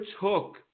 took